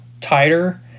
tighter